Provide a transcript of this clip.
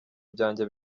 byanjye